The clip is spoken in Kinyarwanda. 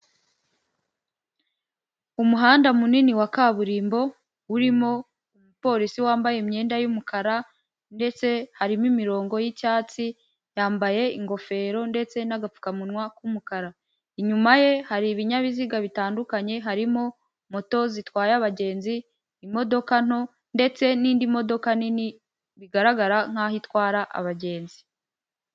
Umuhanda munini wa kaburimbo urimo umupolisi wambaye imyenda y'umukara ndetse harimo imirongo y'icyatsi, yambaye ingofero ndetse n'agapfukamunwa k'umukara, inyuma ye hari ibinyabiziga bitandukanye, harimo moto zitwaye abagenzi, imodoka nto ndetse n'indi modoka nini bigaragara nk'aho itwara abagenzi.